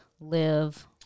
live